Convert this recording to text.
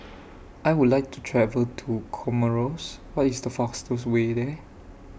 I Would like to travel to Comoros What IS The fastest Way There